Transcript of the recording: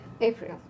April